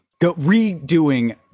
redoing